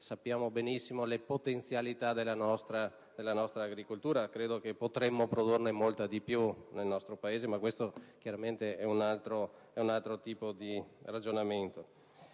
molto bene le potenzialità della nostra agricoltura. Credo che potremmo produrne molta di più nel nostro Paese, ma questo chiaramente è un altro tipo di ragionamento.